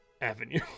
avenue